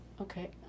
Okay